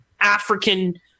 African